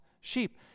sheep